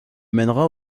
mènera